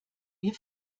wir